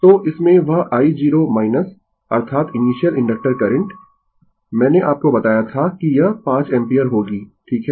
तो इसमें वह i0 अर्थात इनीशियल इंडक्टर करंट मैंने आपको बताया था कि यह 5 एम्पीयर होगी ठीक है